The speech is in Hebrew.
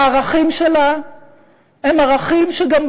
הערכים שלה הם ערכים שהם גם,